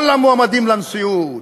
כל המועמדים לנשיאות,